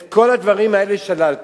את כל הדברים האלה שללתי.